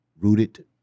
rooted